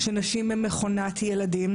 שנשים הן מכונת ילדים,